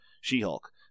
She-Hulk